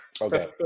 Okay